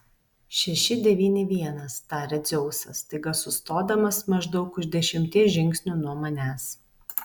šeši devyni vienas taria dzeusas staiga sustodamas maždaug už dešimties žingsnių nuo manęs